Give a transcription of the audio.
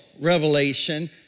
revelation